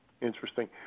interesting